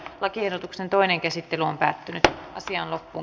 lakiehdotuksen toinen käsittely päättyi